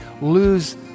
lose